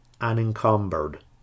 unencumbered